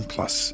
Plus